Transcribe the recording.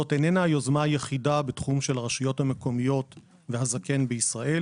זאת איננה היוזמה היחידה בתחום של הרשויות המקומיות והזקן בישראל.